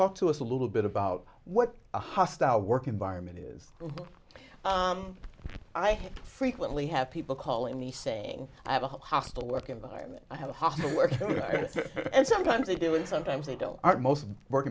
talk to us a little bit about what a hostile work environment is and i frequently have people calling me saying i have a hostile work environment i have a hostile work and sometimes they do and sometimes they don't aren't most work